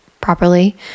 properly